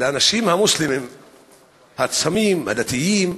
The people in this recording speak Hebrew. למוסלמים הצמים, הדתיים,